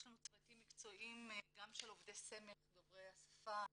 יש לנו צוותים מקצועיים גם של עובדי סמך דוברי השפה,